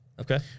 Okay